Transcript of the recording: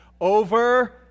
Over